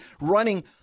running